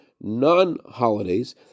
Non-holidays